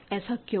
ऐसा क्यों है